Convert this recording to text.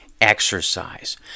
Exercise